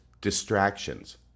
distractions